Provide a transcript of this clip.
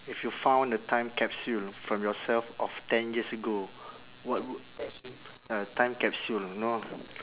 if you found a time capsule from yourself of ten years ago what w~ a time capsule you know